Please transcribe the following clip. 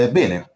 bene